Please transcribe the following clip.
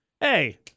hey